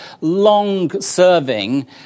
long-serving